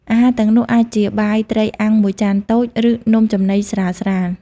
អាហារទាំងនោះអាចជាបាយត្រីអាំងមួយចានតូច ឬនំចំណីស្រាលៗ។